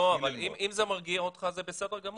לא, אבל אם זה מרגיע אותך זה בסדר גמור.